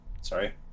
sorry